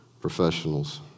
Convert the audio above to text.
professionals